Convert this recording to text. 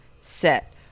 set